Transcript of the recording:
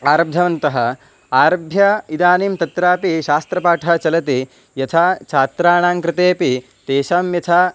आरब्धवन्तः आरभ्य इदानीं तत्रापि शास्त्रपाठः चलति यथा छात्राणां कृतेपि तेषां यथा